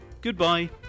Goodbye